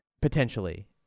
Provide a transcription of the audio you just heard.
potentially